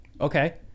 Okay